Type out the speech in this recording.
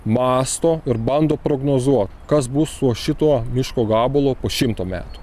mąsto ir bando prognozuot kas bus su šituo miško gabalo po šimto metų